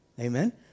Amen